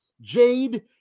Jade